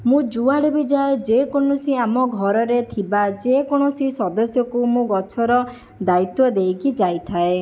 ମୁଁ ଯୁଆଡ଼େ ବି ଯାଏ ଯେକୌଣସି ଆମ ଘରରେ ଥିବା ଯେକୌଣସି ସଦସ୍ୟକୁ ମୁଁ ଗଛର ଦାଇତ୍ଵ ଦେଇକି ଯାଇଥାଏ